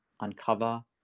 uncover